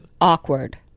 awkward